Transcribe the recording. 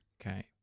Okay